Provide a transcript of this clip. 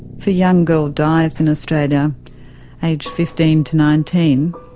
if a young girl dies in australia aged fifteen to nineteen,